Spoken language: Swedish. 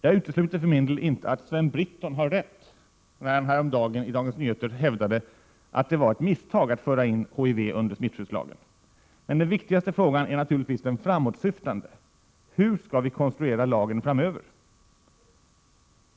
Jag utesluter för min del inte att Sven Britton har rätt när han häromdagen i DN hävdade att det var ett misstag att föra in HIV under smittskyddslagen, men den viktigaste frågan är naturligtvis den framåtsyftande: hur skall vi konstruera lagen framöver?